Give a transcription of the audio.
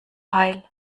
heil